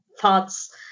thoughts